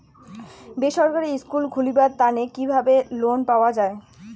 বেসরকারি স্কুল খুলিবার তানে কিভাবে লোন পাওয়া যায়?